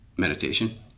Meditation